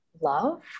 love